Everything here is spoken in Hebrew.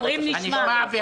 אומרים הנשמע.